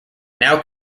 now